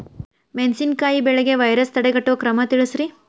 ಮೆಣಸಿನಕಾಯಿ ಬೆಳೆಗೆ ವೈರಸ್ ತಡೆಗಟ್ಟುವ ಕ್ರಮ ತಿಳಸ್ರಿ